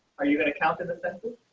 are you going to count in the